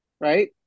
Right